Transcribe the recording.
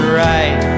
right